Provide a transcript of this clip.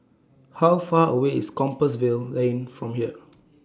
How Far away IS Compassvale Lane from here